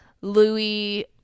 Louis